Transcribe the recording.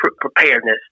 preparedness